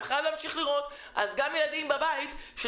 אני כן חייב לציין שלא מדובר באיזושהי פעילות שיטור רגילה או טבעית של